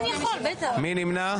מי נמנע?